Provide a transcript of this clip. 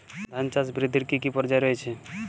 ধান চাষ বৃদ্ধির কী কী পর্যায় রয়েছে?